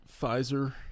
Pfizer